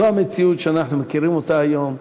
זו המציאות שאנחנו מכירים היום,